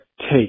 take